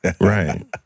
right